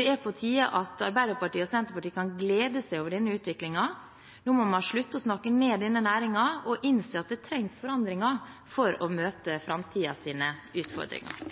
Det er på tide at Arbeiderpartiet og Senterpartiet kan glede seg over denne utviklingen. Nå må man slutte å snakke ned denne næringen og innse at det trengs forandringer for å møte framtidens utfordringer.